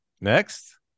Next